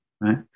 Right